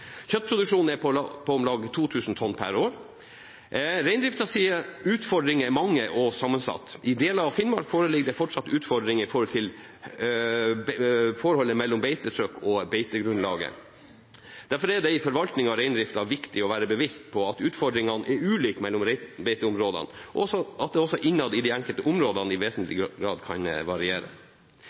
Kjøttproduksjonen er på om lag 2 000 tonn per år. Reindriftens utfordringer er mange og sammensatte. I deler av Finnmark foreligger det fortsatt utfordringer i forholdet mellom beitetrykk og beitegrunnlag. Derfor er det i forvaltningen av reindriften viktig å være bevisst på at utfordringene er ulike mellom beiteområdene, og at det også innad i de enkelte områdene i vesentlig grad kan variere.